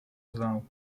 znał